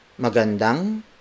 magandang